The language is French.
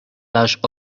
taches